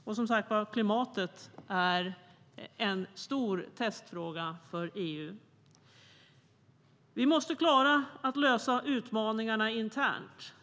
Och klimatet är, som sagt var, en stor testfråga för EU. Vi måste klara att lösa utmaningarna internt.